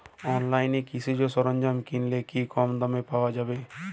অনলাইনে কৃষিজ সরজ্ঞাম কিনলে কি কমদামে পাওয়া যাবে?